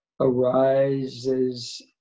arises